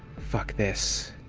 fuck this!